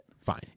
Fine